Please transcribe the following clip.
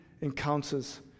encounters